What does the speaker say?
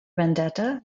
vendetta